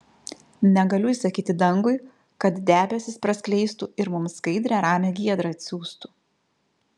negaliu įsakyti dangui kad debesis praskleistų ir mums skaidrią ramią giedrą atsiųstų